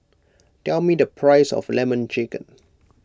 tell me the price of Lemon Chicken